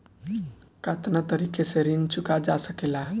कातना तरीके से ऋण चुका जा सेकला?